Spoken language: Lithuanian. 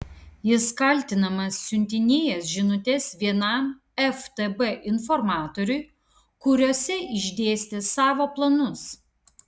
jis kaltinamas siuntinėjęs žinutes vienam ftb informatoriui kuriose išdėstė savo planus